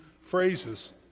phrases